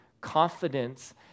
confidence